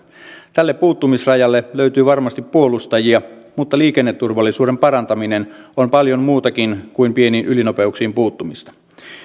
tälle puuttumisrajalle löytyy varmasti puolustajia mutta liikenneturvallisuuden parantaminen on paljon muutakin kuin pieniin ylinopeuksiin puuttumista